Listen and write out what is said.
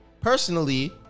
personally